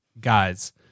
guys